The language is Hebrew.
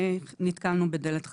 ונתקלנו בדלת חסומה.